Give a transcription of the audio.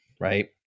right